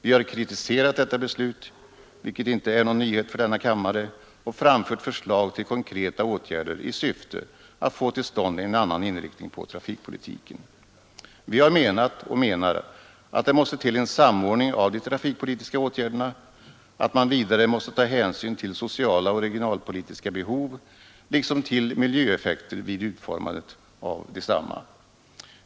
Vi har kritiserat detta beslut, vilket inte är någon nyhet för denna kammare, och framfört förslag till konkreta åtgärder i syfte att få till stånd en annan inriktning av trafikpolitiken. Vi har menat och menar att det måste till en samordning av de trafikpolitiska åtgärderna samt att man vidare måste ta hänsyn till sociala och regionalpolitiska behov liksom till miljöeffekter vid utformandet av åtgärderna.